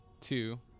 Two